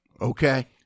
Okay